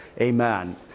amen